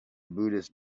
buddhist